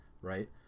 right